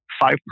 five